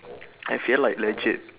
I feel like legit